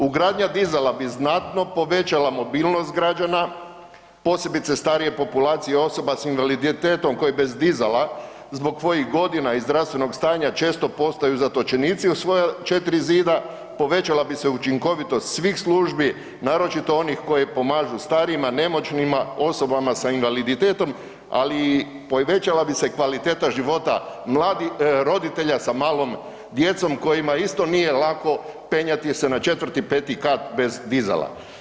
Ugradnja dizala bi znatno povećala mobilnost građana, posebice starije populacije i osoba s invaliditetom, koji bez dizala zbog svojih godina i zdravstvenog stanja često postaju zatočenici u svoja četiri zida, povećala bi se učinkovitost svih službi, naročito onih koji pomažu starijima, nemoćnima, osobama s invaliditetom, ali i povećala bi se kvaliteta života roditelja sa malom djecom kojima isto nije lako penjati se na četvrti, pet kat bez dizala.